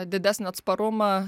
didesnį atsparumą